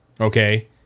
okay